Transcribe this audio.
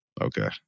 Okay